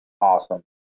awesome